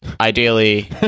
ideally